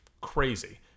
crazy